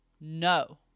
No